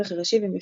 עורך ראשי ומפיק.